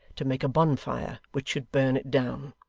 to make a bonfire which should burn it down.